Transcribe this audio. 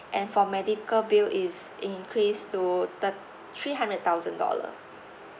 and for medical bill is it increased to thirt~ three hundred thousand dollar